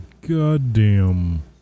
goddamn